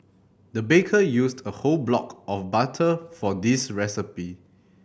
the baker used a whole block of butter for this recipe